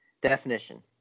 definition